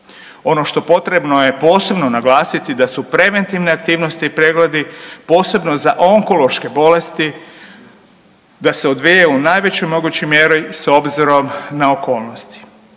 Ono što potrebno posebno naglasiti da su preventivne aktivnosti i pregledi posebno za onkološke bolesti da se odvijaju u najvećoj mogućoj mjeri s obzirom na okolnosti.